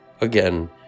Again